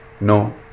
No